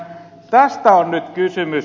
tästä on nyt kysymys